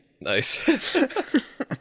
Nice